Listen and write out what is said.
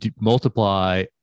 multiply